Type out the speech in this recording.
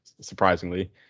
surprisingly